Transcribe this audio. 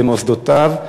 במוסדותיו,